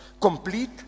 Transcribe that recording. complete